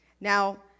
Now